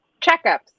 checkups